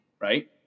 right